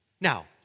Now